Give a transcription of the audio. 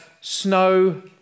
snow